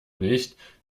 nicht